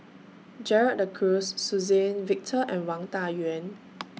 Gerald De Cruz Suzann Victor and Wang Dayuan